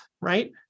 right